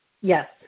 Yes